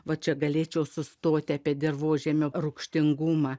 va čia galėčiau sustoti apie dirvožemio rūgštingumą